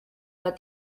but